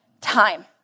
time